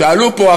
שאלו פה,